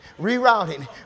rerouting